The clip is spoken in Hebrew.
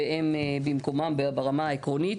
במקומם ברמה העקרונית,